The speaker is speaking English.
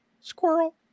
Squirrel